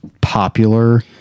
popular